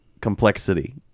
complexity